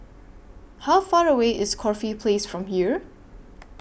How Far away IS Corfe Place from here